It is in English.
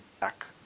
back